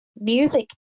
music